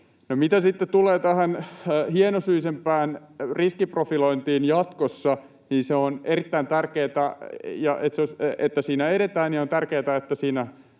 sitten tulee tähän hienosyisempään riskiprofilointiin jatkossa, niin se on erittäin tärkeätä, että siinä edetään, ja on tärkeätä, että siinä